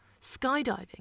Skydiving